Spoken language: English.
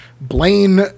Blaine